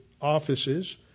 offices